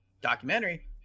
documentary